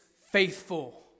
faithful